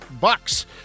bucks